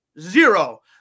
Zero